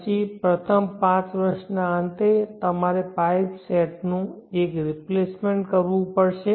પછી પ્રથમ પાંચ વર્ષના અંતે તમારે પાઇપ સેટનું એક રિપ્લેસમેન્ટ કરવું પડશે